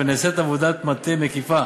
ונעשית עבודת מטה מקיפה